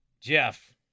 Jeff